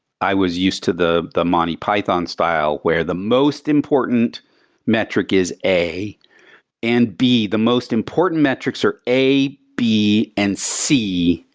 i was used to the the monty python style, where the most important metric is a and b, the most important metrics are a, b and c,